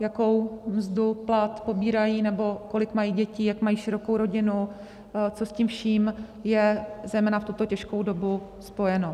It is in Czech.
jakou mzdu, plat pobírají nebo kolik mají dětí, jak mají širokou rodinu, co s tím vším je zejména v tuto těžkou dobu spojeno.